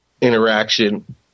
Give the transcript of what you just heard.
interaction